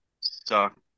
suck